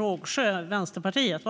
utskottets förslag.